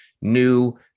new